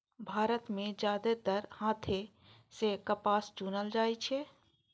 भारत मे जादेतर हाथे सं कपास चुनल जाइ छै